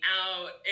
out